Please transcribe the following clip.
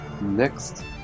Next